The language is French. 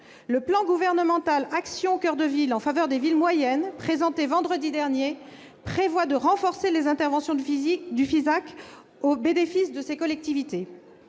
Le plan gouvernemental « Action coeur de ville » en faveur des villes moyennes, présenté vendredi dernier, prévoit de renforcer les interventions du FISAC au bénéfice de ces collectivités.